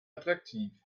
attraktiv